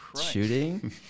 shooting